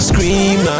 Scream